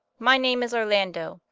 my name is orlando,